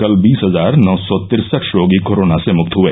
कल बीस हजार नौ सौ तिरसठ रोगी कोरोना से मुक्त हुए